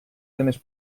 temes